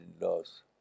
loss